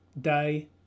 day